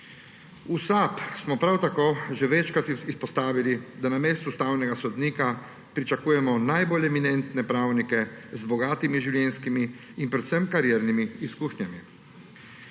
V SAB smo prav tako že večkrat izpostavili, da na mestu ustavnega sodnika pričakujemo najbolj eminentne pravnike, z bogatimi življenjskimi in predvsem kariernimi izkušnjami.